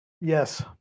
yes